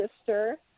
sister